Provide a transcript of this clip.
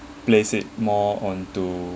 place it more onto